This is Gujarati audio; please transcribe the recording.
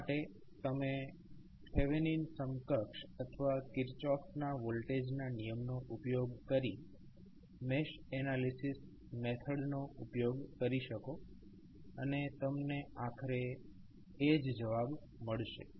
આ માટે તમે થેવેનિન સમકક્ષ અથવા કિર્ચોફ વોલ્ટેજ નિયમનો ઉપયોગ કરી મેશ એનાલિસીસ મેથડ નો ઉપયોગ કરી શકો અને તમને આખરે તે જ જવાબ મળશે